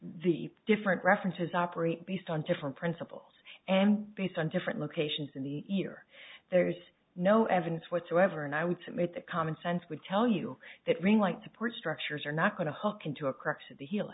the different references operate based on different principles and based on different locations in the year there's no evidence whatsoever and i would submit the common sense would tell you that ring like support structures are not going to hook into a crux of the h